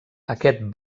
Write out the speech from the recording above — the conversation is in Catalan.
aquest